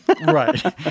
Right